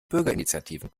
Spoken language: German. bürgerinitiativen